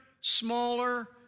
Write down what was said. smaller